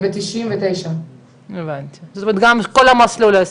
בשנת 1999. זאת אומרת, גם את עשית את כל המסלול?